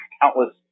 countless